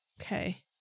Okay